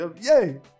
Yay